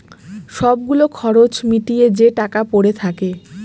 সব গুলো খরচ মিটিয়ে যে টাকা পরে থাকে